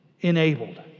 enabled